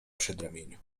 przedramieniu